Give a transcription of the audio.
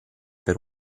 per